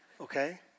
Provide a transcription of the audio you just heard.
Okay